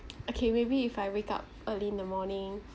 okay maybe if I wake up early in the morning